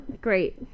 Great